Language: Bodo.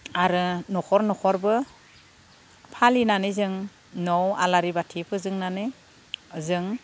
आरो न'खर न'खरबो फालिनानै जों न'आव आलारि बाथि फोजोंनानै जों